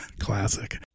Classic